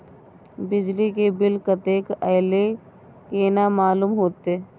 बिजली के बिल कतेक अयले केना मालूम होते?